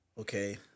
Okay